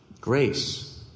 Grace